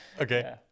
Okay